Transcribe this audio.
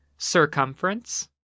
circumference